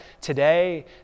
today